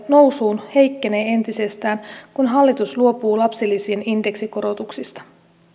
nousuun heikkenee entisestään kun hallitus luopuu lapsilisien indeksikorotuksista